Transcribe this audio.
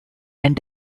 and